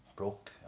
broke